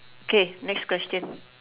okay next question